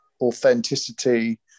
authenticity